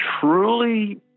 truly